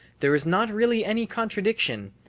there is not really any contradiction,